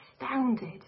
astounded